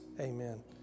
amen